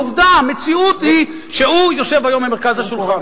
העובדה, המציאות היא שהוא יושב היום במרכז השולחן.